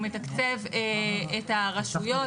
הוא מתקצב את הרשויות,